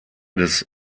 des